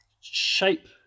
shape